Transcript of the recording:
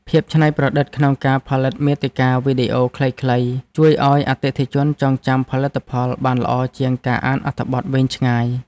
ភាពច្នៃប្រឌិតក្នុងការផលិតមាតិកាវីដេអូខ្លីៗជួយឱ្យអតិថិជនចងចាំផលិតផលបានល្អជាងការអានអត្ថបទវែងឆ្ងាយ។